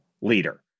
leader